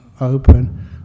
open